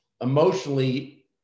emotionally